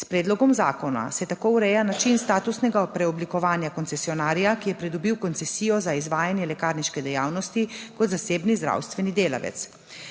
S predlogom zakona se tako ureja način statusnega preoblikovanja koncesionarja, ki je pridobil koncesijo za izvajanje lekarniške dejavnosti kot zasebni zdravstveni delavec.